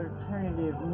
Alternative